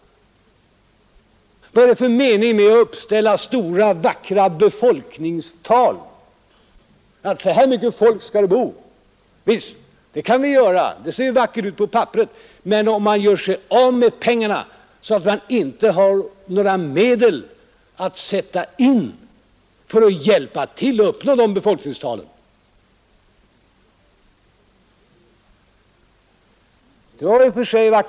Vad är det för mening med att Onsdagen den uppställa stora och vackra befolkningstal: så och så mycket folk skall det 3 növember 1971 bo på olika platser? Visst kan vi göra det! Det ser vacker ut på papperet, ———— men om man gör sig av med pengarna, så att man inte har några medel att Allmänpolitisk sätta in för att hjälpa till att uppnå de befolkningstalen, vad gör man då?